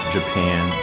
Japan